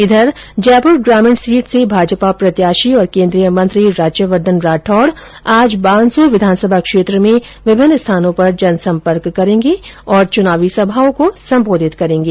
इधर जयपुर ग्रामीण सीट से भाजपा प्रत्याशी और केन्द्रीय मंत्री राज्यवर्द्वन राठौड आज बानसूर विधानसभा क्षेत्र में विभिन्न स्थानों पर जन संपर्क करेंगे तथा चुनावी सभाओं को संबोधित करेंगे